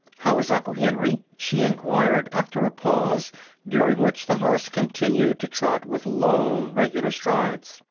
how is uncle henry? she enquired, after a pause during which the horse continued to trot with long, regular strides.